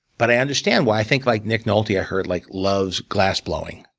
but i understand why i think like nick nulty, i heard like loves glass blowing.